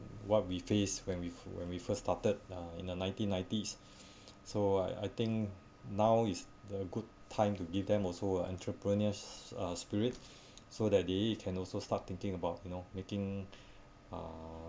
what we face when we when we first started uh in the nineteen nineties so I I think now is the good time to give them also entrepreneurs uh spirit so that they can also start thinking about you know making uh